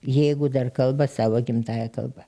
jeigu dar kalba savo gimtąja kalba